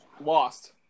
lost